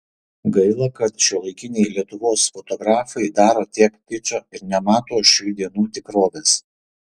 gaila kad šiuolaikiniai lietuvos fotografai daro tiek kičo ir nemato šių dienų tikrovės